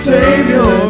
Savior